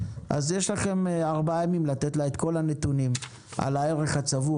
אז יש לכם ארבעה ימים לתת לה את כל הנתונים על הערך הצבור,